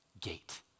gate